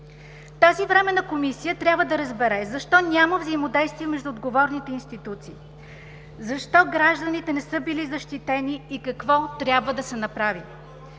Тази Временна комисия трябва да разбере защо няма взаимодействие между отговорните институции, защо гражданите не са били защитени и какво трябва да се направи,